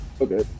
Okay